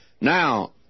Now